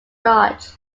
bloch